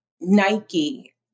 Nike